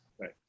Right